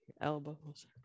elbows